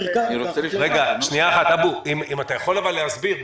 אם אתה יכול להסביר,